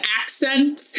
accent